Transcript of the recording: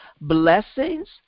blessings